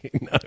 No